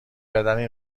بدنی